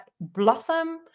blossom